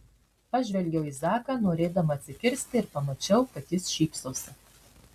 pažvelgiau į zaką norėdama atsikirsti ir pamačiau kad jis šypsosi